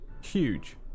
huge